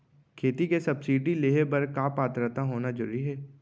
खेती के सब्सिडी लेहे बर का पात्रता होना जरूरी हे?